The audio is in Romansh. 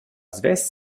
svess